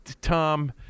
Tom